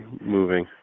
moving